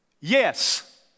yes